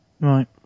Right